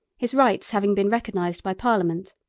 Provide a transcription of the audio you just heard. his rights having been recognized by parliament.